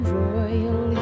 royal